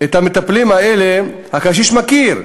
את המטפלים האלה הקשיש מכיר,